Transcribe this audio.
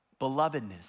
Belovedness